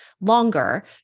longer